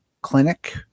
clinic